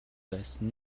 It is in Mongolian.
байсан